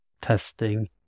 testing